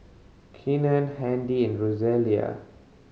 Kenan Handy and Rosalia